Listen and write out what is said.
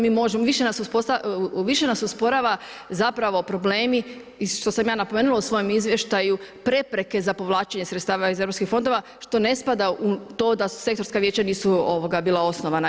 Mi možemo, više nas usporava zapravo problemi što sam ja napomenula u svojem izvještaju, prepreke za povlačenje sredstava iz EU što ne spada u to da su sektorska vijeća nisu bila osnovana.